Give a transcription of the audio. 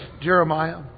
Jeremiah